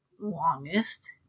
longest